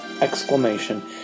exclamation